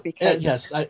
Yes